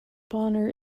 bonner